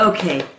Okay